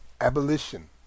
Abolition